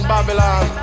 Babylon